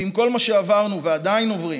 ועם כל מה שעברנו ועדיין עוברים,